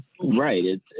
Right